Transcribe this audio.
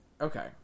okay